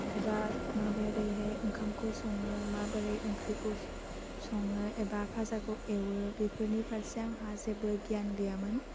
एबा माबोरैहाय ओंखामखौ सङो माबोरै ओंख्रिखौ सङो एबा फाजाखौ एवो बेफोरनि फारसे आंहा जेबो गियान गैयामोन